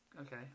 okay